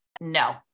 No